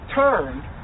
turned